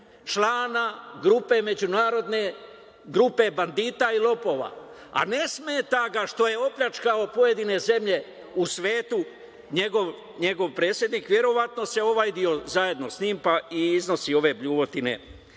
člana međunarodne grupe bandita i lopova, a ne smeta ga što je opljačkao pojedine zemlje u svetu njegov predsednik! Verovatno se ovajdio zajedno sa njim, pa zato iznosi ove bljuvotine